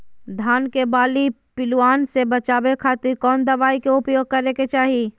धान के बाली पिल्लूआन से बचावे खातिर कौन दवाई के उपयोग करे के चाही?